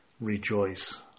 rejoice